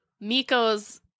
Miko's